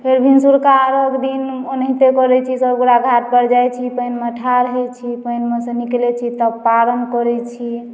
फेर भिनसुरका अर्घ्य दिन ओनाहिते करैत छी सभगोटए घाटपर जाइत छी पानिमे ठाढ़ होइत छी पानिमे सँ निकलैत छी तब पारण करैत छी